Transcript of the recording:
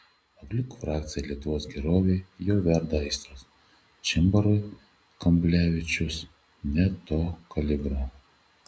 aplink frakciją lietuvos gerovei jau verda aistros čimbarui kamblevičius ne to kalibro